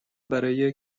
برای